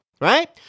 right